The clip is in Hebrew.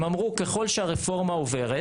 הם אמרו ככל שהרפורמה עוברת,